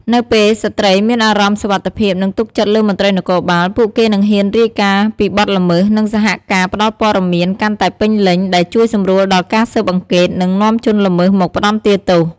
នៅពេលស្ត្រីមានអារម្មណ៍សុវត្ថិភាព និងទុកចិត្តលើមន្ត្រីនគរបាល ពួកគេនឹងហ៊ានរាយការណ៍ពីបទល្មើស និងសហការផ្តល់ព័ត៌មានកាន់តែពេញលេញដែលជួយសម្រួលដល់ការស៊ើបអង្កេត និងនាំជនល្មើសមកផ្តន្ទាទោស។